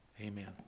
Amen